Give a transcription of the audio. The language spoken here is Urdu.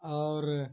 اور